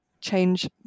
change